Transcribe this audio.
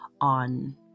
on